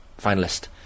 finalist